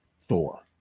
Thor